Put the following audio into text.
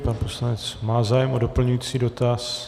Pan poslanec má zájem o doplňující dotaz.